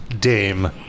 dame